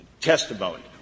testimony